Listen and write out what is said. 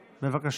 בבקשה.